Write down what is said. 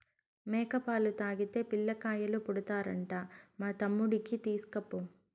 మేక పాలు తాగితే పిల్లకాయలు పుడతారంట మా తమ్ముడికి తీస్కపో